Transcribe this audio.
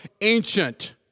ancient